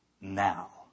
now